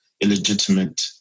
illegitimate